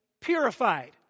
purified